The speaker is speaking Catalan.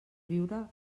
riure